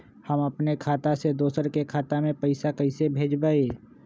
हम अपने खाता से दोसर के खाता में पैसा कइसे भेजबै?